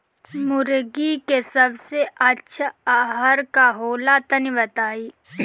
मुर्गी के सबसे अच्छा आहार का होला तनी बताई?